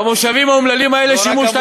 והמושבים האומללים האלה שילמו,